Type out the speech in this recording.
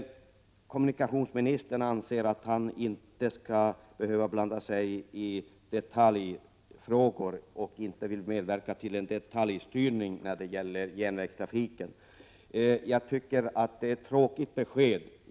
Han anser att han inte skall behöva blanda sig i detaljfrågor och att han inte vill medverka till en detaljstyrning när det gäller järnvägstrafiken. Det är ett tråkigt besked.